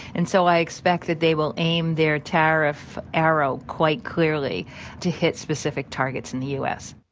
and so i expect that they will aim their tariff arrow quite clearly to hit specific targets in the u s.